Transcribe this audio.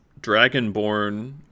dragonborn